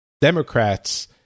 Democrats